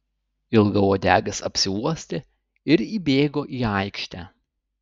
ilgauodegis apsiuostė ir įbėgo į aikštę